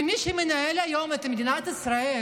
שמי שמנהל היום את מדינת ישראל